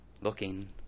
looking